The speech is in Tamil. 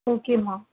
ஓகேம்மா